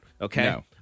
okay